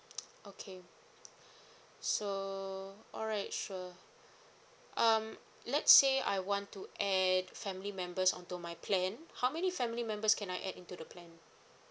okay so alright sure um let's say I want to add family members onto my plan how many family members can I add into the plan